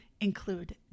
include